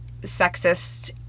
sexist